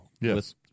Yes